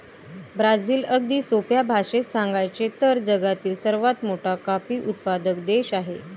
Brazil, अगदी सोप्या भाषेत सांगायचे तर, जगातील सर्वात मोठा कॉफी उत्पादक देश आहे